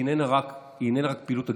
היא איננה רק פעילות הגנתית.